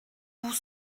vous